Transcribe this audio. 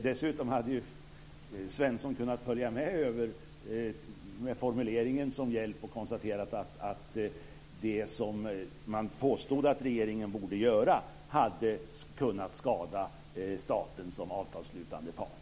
Dessutom hade Svensson kunnat följa med över med formuleringen som hjälp och konstatera att det som man påstod att regeringen borde göra hade kunnat skada staten som avtalsslutande part.